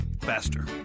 faster